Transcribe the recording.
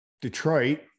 Detroit